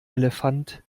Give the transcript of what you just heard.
elefant